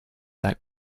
that